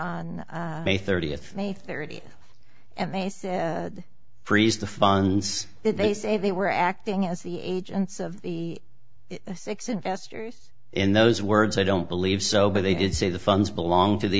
on may thirtieth may thirtieth and they said freeze the funds that they say they were acting as the agents of the six investors in those words i don't believe so but they did say the funds belong to the